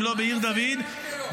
אם לא בעיר דוד ובסבסטיה?